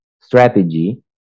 strategy